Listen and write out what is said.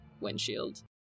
windshield